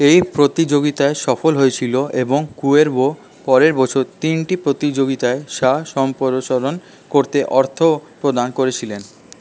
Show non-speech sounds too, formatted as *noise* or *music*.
এই প্রতিযোগিতায় সফল হয়েছিলো এবং কুয়েরভো পরের বছর তিনটি প্রতিযোগিতায় সা *unintelligible* করতে অর্থ প্রদান করেছিলেন